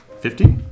Fifty